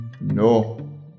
no